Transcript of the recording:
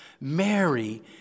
Mary